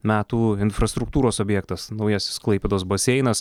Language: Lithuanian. metų infrastruktūros objektas naujasis klaipėdos baseinas